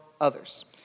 others